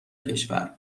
کشور